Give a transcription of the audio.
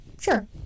sure